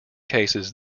cases